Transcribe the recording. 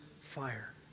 fire